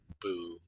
boo